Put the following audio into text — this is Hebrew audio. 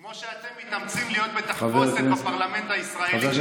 כמו שאתם מתאמצים להיות בתחפושת בפרלמנט הישראלי,